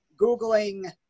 Googling